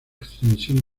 extensión